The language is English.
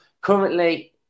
currently